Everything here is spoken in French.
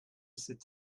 cet